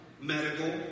medical